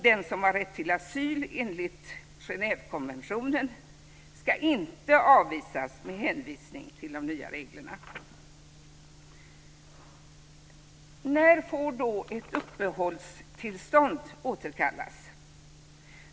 Den som har rätt till asyl enligt Genèvekonventionen ska inte avvisas med hänvisning till de nya reglerna. När får då ett uppehållstillstånd återkallas?